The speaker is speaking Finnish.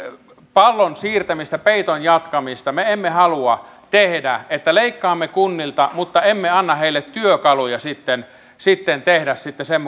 pallon siirtämistä peiton jatkamista me emme halua tehdä että leikkaamme kunnilta mutta emme anna heille työkaluja tehdä sitten sen